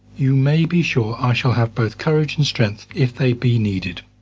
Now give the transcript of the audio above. you may be sure i shall have both courage and strength if they be needed.